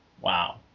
Wow